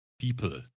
people